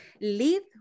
lead